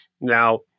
Now